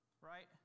right